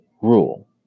rule